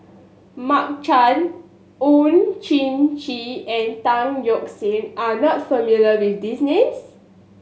Mark Chan Oon Jin Gee and Tan Yeok Seong are not familiar with these names